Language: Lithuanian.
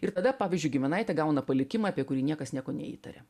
ir tada pavyzdžiui giminaitė gauna palikimą apie kurį niekas nieko neįtarė